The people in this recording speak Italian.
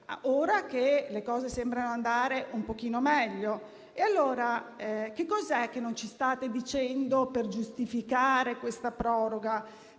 ora che le cose sembrano andare un pochino meglio. E allora che cosa è che non ci state dicendo per giustificare questa proroga?